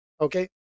Okay